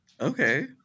Okay